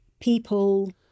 people